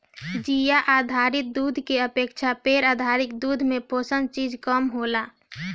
जीउ आधारित दूध की अपेक्षा पेड़ आधारित दूध में पोषक चीज कम होला